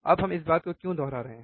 अब हम इस बात को क्यों दोहरा रहे हैं